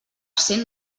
cent